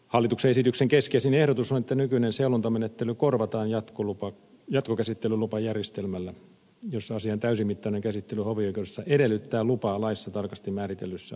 hallituksen esityksen keskeisin ehdotus on että nykyinen seulontamenettely korvataan jatkokäsittelylupajärjestelmällä jossa asian täysimittainen käsittely hovioikeudessa edellyttää lupaa laissa tarkasti määritellyissä asioissa